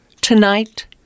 Tonight